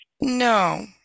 No